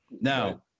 Now